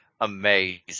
amazing